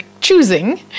choosing